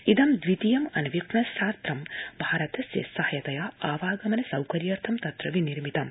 इदं दवितीयम् अन्वीक्षण स्थात्रं भारतस्य सहायतया आवागमन सौकर्यर्थ तत्र विर्निमितम्